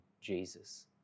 Jesus